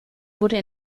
wurde